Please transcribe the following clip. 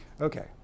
Okay